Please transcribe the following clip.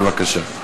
בבקשה.